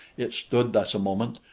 it stood thus a moment,